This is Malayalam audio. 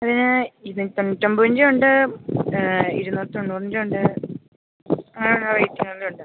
അതിന് ഇരുനൂറ്റി തൊണ്ണൂറ്റി ഒമ്പതിൻ്റെ ഉണ്ട് ഇരുന്നൂറ്റി തൊണ്ണൂറിൻ്റെ ഉണ്ട് ആ റേറ്റിലുള്ളതും ഉണ്ട്